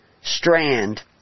strand